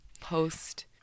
post